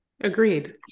Agreed